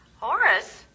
Horace